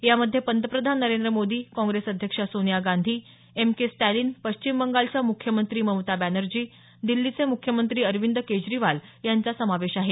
यामध्ये पंतप्रधान नरेंद्र मोदी काँग्रेस अध्यक्षा सोनिया गांधी एम के स्टॅलिन पश्चिम बंगालच्या मुख्यमंत्री ममता बॅनर्जी दिल्लीचे मुख्यमंत्री अरविंद केजरीवाल यांचा समावेश आहे